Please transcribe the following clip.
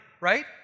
right